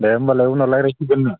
दे होनबालाय उनाव रायज्लायसिगोन